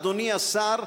אדוני השר,